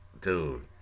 dude